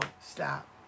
Stop